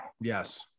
Yes